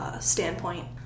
standpoint